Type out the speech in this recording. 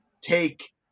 take